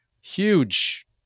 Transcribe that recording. Huge